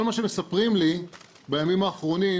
כל מה שמספרים לי בימים האחרונים